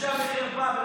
בושה וחרפה,